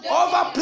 over